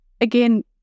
again